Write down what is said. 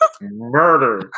Murder